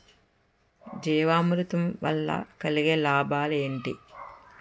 జీవామృతం వల్ల కలిగే లాభాలు ఏంటి?